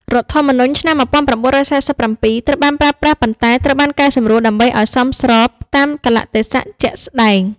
រដ្ឋធម្មនុញ្ញឆ្នាំ ១៩៤៧ ត្រូវបានប្រើប្រាស់ ប៉ុន្តែត្រូវបានកែសម្រួលដើម្បីឱ្យស្របតាមកាលៈទេសៈជាក់ស្តែង។